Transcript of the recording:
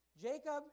Jacob